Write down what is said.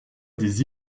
des